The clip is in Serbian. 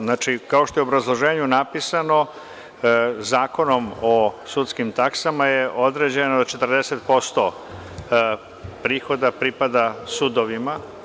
Znači, kao što je u obrazloženju napisano, Zakonom o sudskim taksama je određeno da 40% prihoda pripada sudovima.